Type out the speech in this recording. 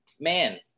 man